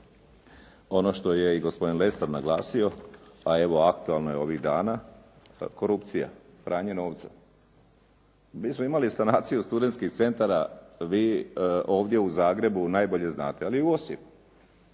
ono što je i gospodin Lesar naglasio, a evo aktualno je ovih dana, korupcija, pranje novca. Mi smo imali sanaciju studentskih centara. Vi ovdje u Zagrebu najbolje znate, ali i u Osijeku.